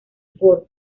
ford